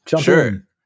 Sure